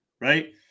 right